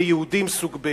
כיהודים סוג ב'.